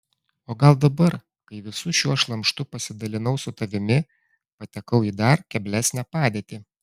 o gal dabar kai visu šiuo šlamštu pasidalinau su tavimi patekau į dar keblesnę padėtį